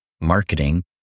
marketing